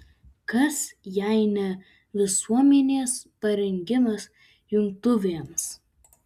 kas jei ne visuomenės parengimas jungtuvėms